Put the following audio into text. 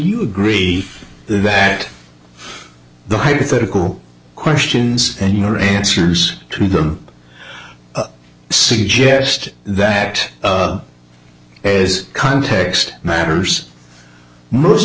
you agree that the hypothetical questions and your answers to them suggest that is context matters most